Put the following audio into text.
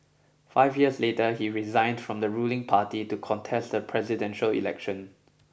five years later he resigned from the ruling party to contest the presidential election